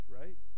right